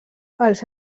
els